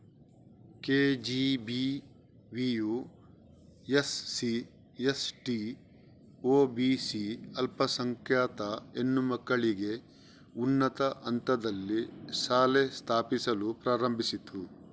ಕೆ.ಜಿ.ಬಿ.ವಿಯು SC, ST, OBC ಅಲ್ಪಸಂಖ್ಯಾತ ಹೆಣ್ಣು ಮಕ್ಕಳಿಗೆ ಉನ್ನತ ಹಂತದಲ್ಲಿ ಶಾಲೆ ಸ್ಥಾಪಿಸಲು ಪ್ರಾರಂಭಿಸಿತು